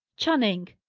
channing!